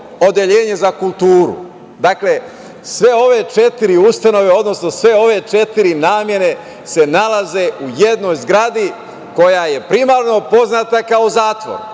odeljenje za kulturu. Dakle, sve ove četiri ustanove, odnosno sve ove četiri namene se nalaze u jednoj zgradi koja je primarno poznata kao zatvor.